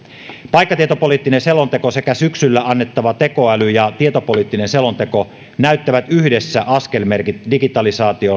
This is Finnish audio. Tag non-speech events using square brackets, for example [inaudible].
paikkatietopoliittinen selonteko sekä syksyllä annettava tekoäly ja tietopoliittinen selonteko näyttävät yhdessä askelmerkit digitalisaation [unintelligible]